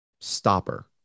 stopper